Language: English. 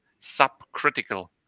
subcritical